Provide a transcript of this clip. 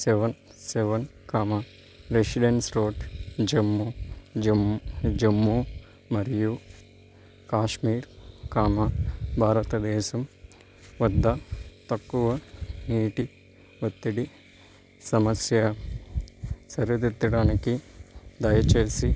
seven seven comma residence road Jammu Jammu Jammu మరియు Kashmir comma భారతదేశం వద్ద తక్కువ నీటి ఒత్తిడి సమస్య సరిదిద్దడానికి దయచేసి